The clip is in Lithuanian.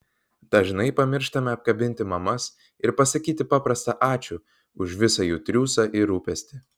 dažnai pamirštame apkabinti mamas ir pasakyti paprastą ačiū už visą jų triūsą ir rūpestį